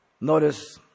Notice